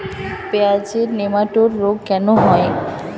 পেঁয়াজের নেমাটোড রোগ কেন হয়?